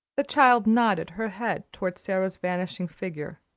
the child nodded her head toward sara's vanishing figure.